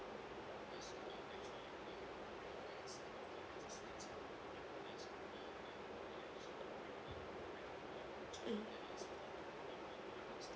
mm